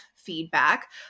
feedback